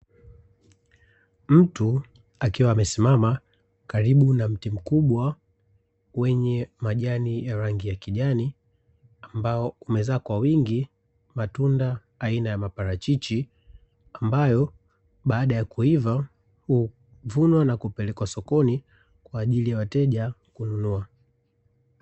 Mtu akiwa amesimama karibu na mti mkubwa wenye majani ya rangi ya kijani, ambao umezaa kwa wengi matunda aina ya maparachichi; ambayo baada ya kuiva, huvunwa na kupelekwa sokoni kwa ajili ya wateja kununua.